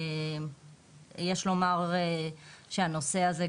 יש לומר שהנושא הזה,